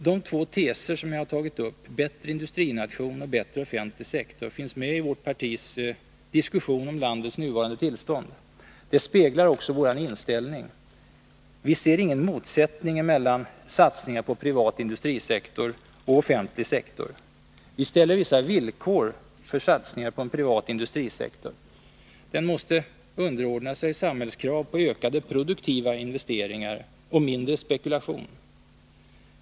De två teser jag tagit upp, bättre industrination och bättre offentlig sektor, finns med i vårt partis diskussion om landets nuvarande tillstånd. Det speglar också vår inställning. Vi ser ingen motsättning mellan satsningar på privat industrisektor och offentlig sektor. Vi ställer vissa villkor för satsningar på en privat industrisektor. Den måste underordna sig samhällskrav på ökade produktiva investeringar, och mindre spekulation.